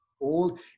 old